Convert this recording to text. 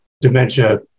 dementia